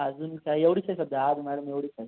अजून काय एवढीच आहे सध्या आज मॅडम एवढीच आहे